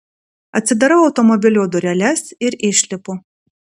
atsidarau automobilio dureles ir išlipu